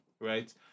right